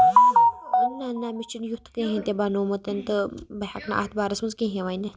نہ نہ مےٚ چھُ نہٕ یُتھ کِہینۍ تہِ بَنومُت تہٕ بہٕ ہیٚکہٕ نہٕ اَتھ بارس منٛز کِہینۍ ؤنِتھ